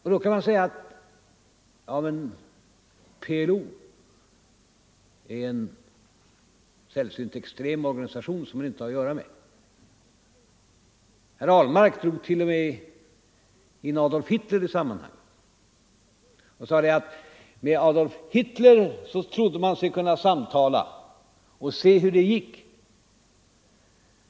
Man kan invända att PLO är en sällsynt extrem organisation, som man inte bör ha att göra med. Herr Ahlmark drog t.o.m. in Adolf Hitler i sammanhanget. Han sade: Med Adolf Hitler trodde man sig kunna samtala, och se hur det gick!